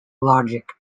logic